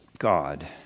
God